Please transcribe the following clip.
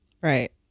right